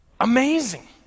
Amazing